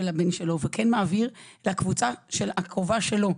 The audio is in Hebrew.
הבן שלו וכן מעביר לקבוצה הקרובה שלו,